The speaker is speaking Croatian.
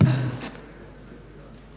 Hvala